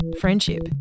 friendship